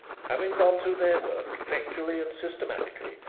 having gone through their work effectively, and systematically,